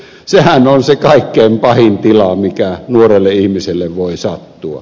sehän on se kaikkein pahin tila mikä nuorelle ihmiselle voi sattua